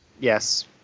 Yes